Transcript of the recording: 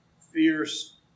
fierce